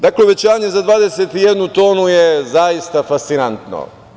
Dakle, uvećanje za 21 tonu je zaista fascinantno.